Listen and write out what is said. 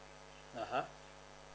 (uh huh)